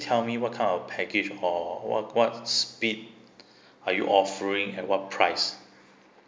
tell me what kind of package or what what speed are you offering at what price